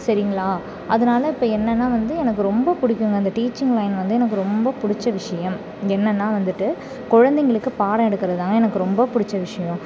சரிங்களா அதனால இப்போ என்னென்னால் வந்து எனக்கு ரொம்ப பிடிக்குங்க அந்த டீச்சிங் லைன் வந்து எனக்கு ரொம்ப பிடிச்ச விஷயம் என்னென்னால் வந்துட்டு குழந்தைங்களுக்கு பாடம் எடுக்கிறது தான் எனக்கு ரொம்ப பிடிச்ச விஷயம்